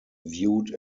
viewed